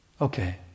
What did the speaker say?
Okay